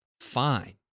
fine